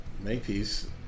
Makepeace